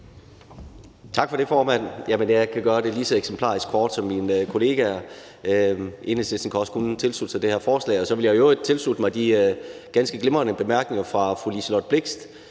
Tak for det, formand. Jeg kan gøre det lige så eksemplarisk kort som mine kollegaer. Enhedslisten kan også kun tilslutte sig det her forslag, og så vil jeg i øvrigt tilslutte mig de ganske glimrende bemærkninger fra fru Liselott Blixt